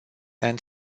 and